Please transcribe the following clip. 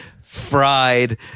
fried